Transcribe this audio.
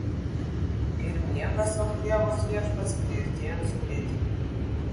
ir miega sau krėvos viešpats priartėjant saulėtekiui